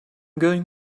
going